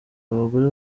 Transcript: abagore